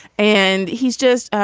and he's just.